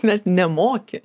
net nemoki